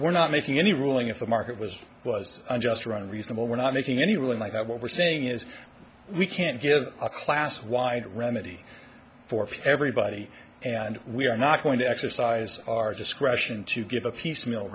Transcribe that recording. we're not making any ruling if the market was was unjust or a reasonable we're not making any ruling like that what we're saying is we can't give a class wide remedy for everybody and we are not going to exercise our discretion to give a piecemeal